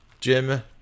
Jim